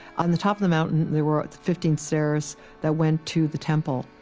on the top of the mountain, there were fifteen stairs that went to the temple,